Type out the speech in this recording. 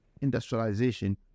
industrialization